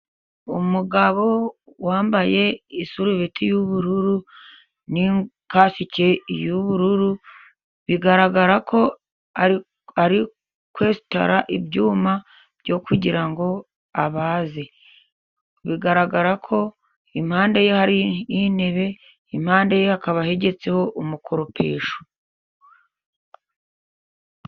Umugabo wambaye isurubeti y'ubururu n'ikasike y'ubururu. Bigaragara ko ari kwensitara ibyuma byo kugira ngo abaze. Bigaragara ko impande ye hariho intebe, impande ye hakaba hegetseho umukoropesho.